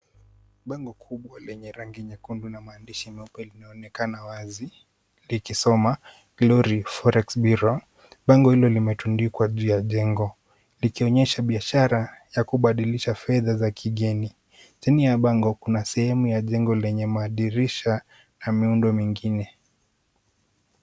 Bango kubwa lenye rangi nyekundu na maandishi meupe linaonekana wazi likisoma Glory Forex Bureau . Bango hilo limetundikwa juu ya jengo likionyesha biashara ya kubadilisha fedha za kigeni. Chini ya bango kuna sehemu ya jengo lenye madirisha na miundo mengine.